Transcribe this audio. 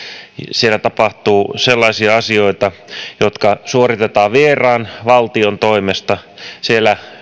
siellä tapahtuu sellaisia asioita jotka suoritetaan vieraan valtion toimesta siellä